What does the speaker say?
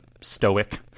stoic